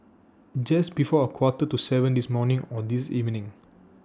Just before A Quarter to seven This morning Or This evening